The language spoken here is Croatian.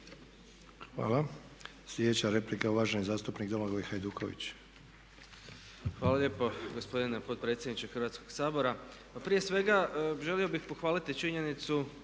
Hvala. Sljedeća replika je uvaženi zastupnik Domagoj Hajduković. **Hajduković, Domagoj (SDP)** Hvala lijepo gospodine potpredsjedniče Hrvatskoga sabora. Pa prije svega želio bih pohvaliti činjenicu